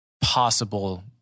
possible